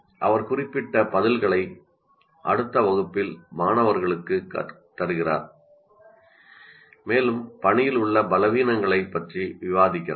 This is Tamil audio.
அவர் குறிப்பிடத்தக்க பதில்களை அடுத்த வகுப்பில் உள்ள மாணவர்களுக்குத் தருகிறார் மேலும் பணியில் உள்ள பலவீனங்களைப் பற்றி விவாதிக்கிறார்